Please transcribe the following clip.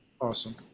Awesome